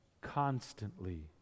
constantly